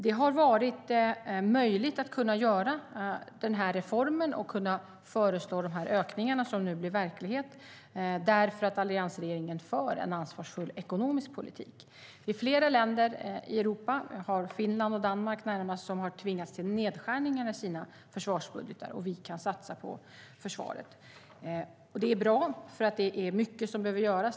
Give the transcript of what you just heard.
Det har varit möjligt att göra den här reformen och föreslå de ökningar som nu blir verklighet eftersom alliansregeringen för en ansvarsfull ekonomisk politik. Det är flera länder i Europa - vi har Finland och Danmark närmast - som har tvingats till nedskärningar i sina försvarsbudgetar. Vi kan satsa på försvaret. Det är bra, för det är mycket som behöver göras.